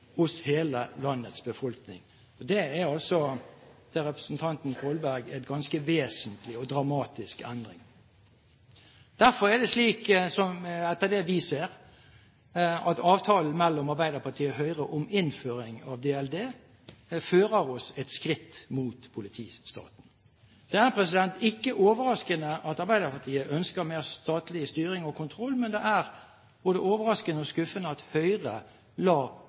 hos hele landets befolkning. Det er – til representanten Kolberg – en ganske vesentlig og dramatisk endring. Derfor er det, etter det vi ser, slik at avtalen mellom Arbeiderpartiet og Høyre om innføring av datalagringsdirektivet fører oss et skritt mot politistaten. Det er ikke overraskende at Arbeiderpartiet ønsker mer statlig styring og kontroll, men det er både overraskende og skuffende at Høyre